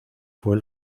fue